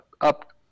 up